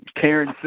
Karen